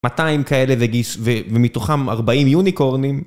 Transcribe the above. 200 כאלה ומתוכם 40 יוניקורנים.